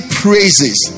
praises